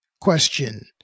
question